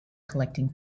collecting